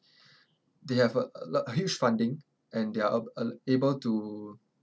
they have a a huge funding and they are a~ a~ able to